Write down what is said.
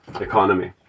economy